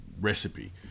recipe